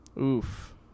Oof